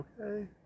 okay